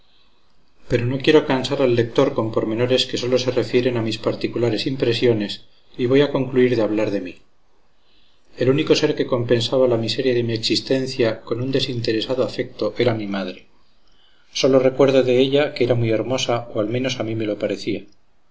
pero no quiero cansar al lector con pormenores que sólo se refieren a mis particulares impresiones y voy a concluir de hablar de mí el único ser que compensaba la miseria de mi existencia con un desinteresado afecto era mi madre sólo recuerdo de ella que era muy hermosa o al menos a mí me lo parecía